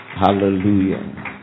Hallelujah